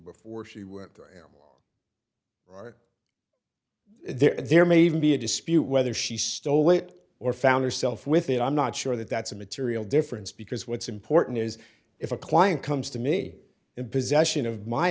before she went there or there there may even be a dispute whether she stole it or found herself with it i'm not sure that that's a material difference because what's important is if a client comes to me in possession of my